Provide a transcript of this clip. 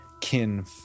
kin